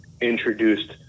introduced